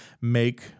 make